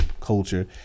culture